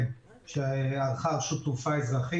זה לא עובד.